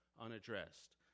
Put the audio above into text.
unaddressed